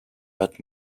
but